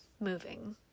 moving